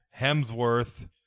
hemsworth